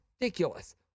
ridiculous